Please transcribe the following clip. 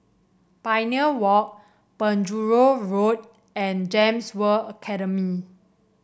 Pioneer Walk Penjuru Road and Gems World Academy